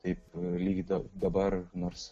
kaip lygiai dabar nors